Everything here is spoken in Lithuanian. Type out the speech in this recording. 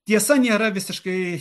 tiesa nėra visiškai